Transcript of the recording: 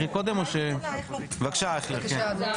בבקשה אייכלר כן.